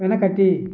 వెనకకి